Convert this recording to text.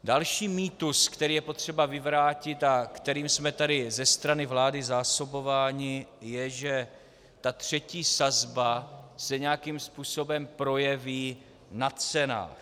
Další mýtus, který je potřeba vyvrátit a kterým jsme tady ze strany vlády zásobováni, je, že třetí sazba se nějakým způsobem projeví na cenách.